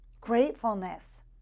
gratefulness